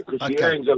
Okay